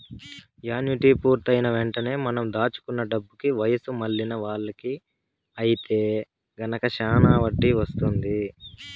annuity పూర్తయిన వెంటనే మనం దాచుకున్న డబ్బుకి వయసు మళ్ళిన వాళ్ళకి ఐతే గనక శానా వడ్డీ వత్తుంది